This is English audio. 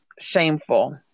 shameful